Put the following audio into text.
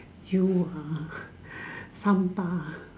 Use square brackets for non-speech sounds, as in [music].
you ha [breath] 三八 ah